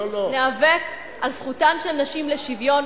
ניאבק על זכותן של נשים לשוויון,